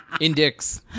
Index